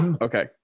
Okay